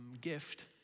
gift